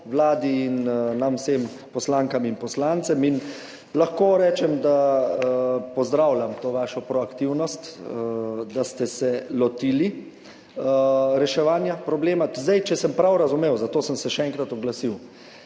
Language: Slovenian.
Vladi in nam vsem poslankam in poslancem. Lahko rečem, da pozdravljam to vašo proaktivnost, da ste se lotili reševanja problema. Če sem prav razumel, zato sem se še enkrat oglasil,